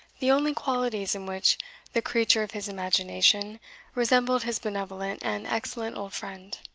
the only qualities in which the creature of his imagination resembled his benevolent and excellent old friend.